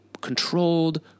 controlled